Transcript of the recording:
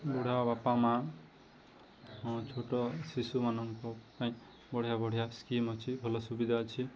ବୁଢ଼ା ବାପା ମାଆ ଛୁଟ ଶିଶୁମାନଙ୍କ ପାଇଁ ବଢ଼ିଆ ବଢ଼ିଆ ସ୍କିମ୍ ଅଛି ଭଲ ସୁବିଧା ଅଛି